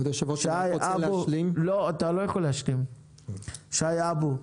שי אבו,